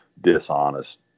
dishonest